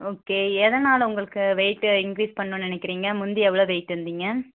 okay எதனால் உங்களுக்கு weight increase பண்ணணுன்னு நினைக்கிறிங்க முந்தி எவ்வளோ வெயிட் இருந்தீங்க